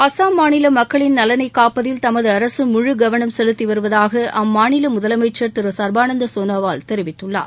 அஸ்ஸாம் மாநில மக்களின் நலனை காப்பதில் தமது அரசு முழு கவனம் செலுத்தி வருவதாக அம்மாநில முதலமைச்சர் சர்பானந்தா சோனாவால் தெரிவித்துள்ளார்